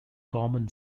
common